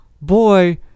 Boy